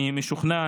אני משוכנע,